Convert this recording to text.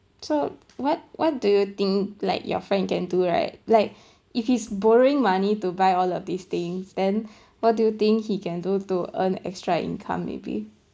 so what what do you think like your friend can do right like if he's borrowing money to buy all of these things then what do you think he can do to earn extra income maybe